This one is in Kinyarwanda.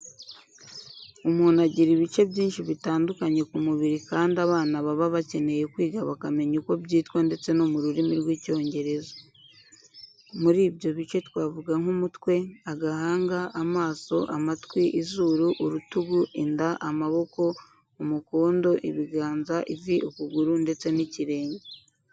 Umuntu agira ibice byinshi bitandukanye ku mubiri kandi abana baba bakeneye kwiga bakamenya uko byitwa ndetse no mu rurimi rw'Icyongereza. Muri ibyo bice twavuga nk'umutwe, agahanga, amaso, amatwi, izuru, urutugu, inda, amaboko, umukondo, ibiganza, ivi, ukuguru ndetse n'ikirenge.